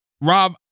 Rob